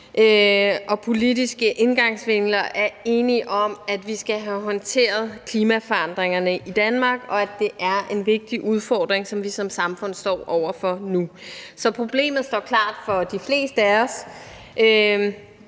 og politiske indgangsvinkler er enige om, at vi skal have håndteret klimaforandringerne i Danmark, og at det er en vigtig udfordring, som vi som samfund står over for nu. Så problemet står klart for de fleste af os,